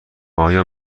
آیا